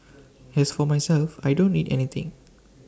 as for myself I don't need anything